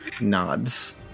nods